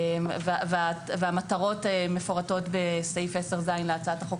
והמטרות מפורטות בסעיף 10ז להצעת החוק,